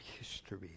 history